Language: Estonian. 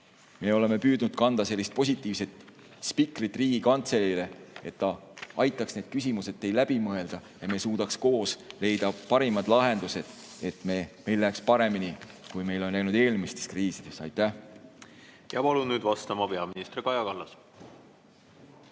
me oleme püüdnud ka anda sellist positiivset spikrit Riigikantseleile, et ta aitaks need küsimused teil läbi mõelda ja me suudaks koos leida parimad lahendused, et meil läheks paremini, kui meil on läinud eelmistes kriisides. Aitäh! Ja palun nüüd vastama peaminister Kaja Kallase.